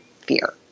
fear